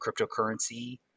cryptocurrency